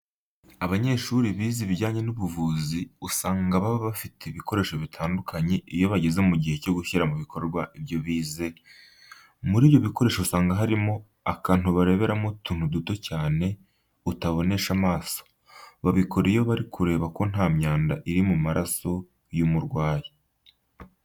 Abanyeshuri bize ibijyanye n'ubuvuzi usanga baba bafite ibikoresho bitandukanye iyo bageze mu gihe cyo gushyira mu bikorwa ibyo bize, muri ibyo bikoresho usanga harimo, akantu bareberamo utuntu duto cyane utabonesha amaso. Babikora iyo bari kureba ko nta myanda iri mu maraso y'umurwayi.